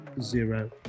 zero